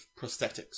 prosthetics